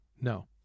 No